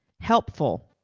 helpful